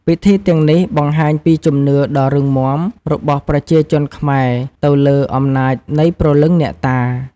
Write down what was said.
ពិធីទាំងនេះបង្ហាញពីជំនឿដ៏រឹងមាំ របស់ប្រជាជនខ្មែរទៅលើអំណាចនៃព្រលឹងអ្នកតា។